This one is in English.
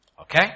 Okay